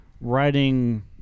writing